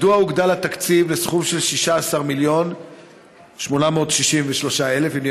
1. מדוע הוגדל התקציב לסכום של 16 מיליון ו-863,000 שקלים,